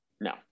No